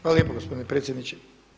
Hvala lijepo gospodine predsjedniče.